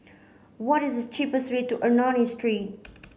what is the cheapest way to Ernani Street